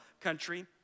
country